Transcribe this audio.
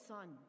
Son